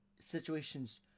situations